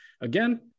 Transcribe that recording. again